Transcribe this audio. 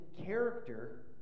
character